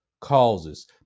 Causes